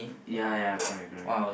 ya ya correct correct